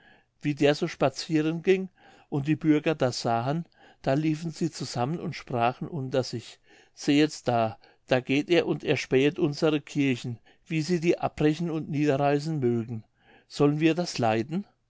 wie der so spatzieren ging und die bürger das sahen da liefen sie zusammen und sprachen unter sich sehet da da geht er und erspähet unsere kirchen wie sie die abbrechen und niederreißen mögen sollen wir das leiden